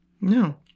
No